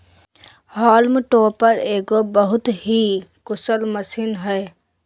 haulm topper एगो बहुत ही कुशल मशीन हइ